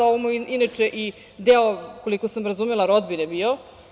Ovo mu je inače i deo, koliko sam razumela rodbine bio.